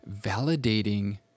Validating